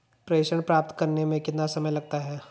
प्रेषण प्राप्त करने में कितना समय लगता है?